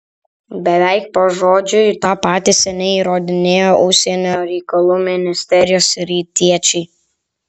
beveik pažodžiui tą patį seniai įrodinėjo užsienio reikalų ministerijos rytiečiai